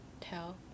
tell